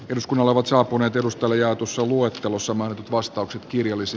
eduskunnalla ovat saapuneet ennustajaatussa luettelossa mainitut vastaukset kivi olisi